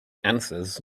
answers